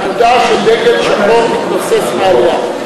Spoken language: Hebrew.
פקודה שדגל שחור מתנוסס מעליה.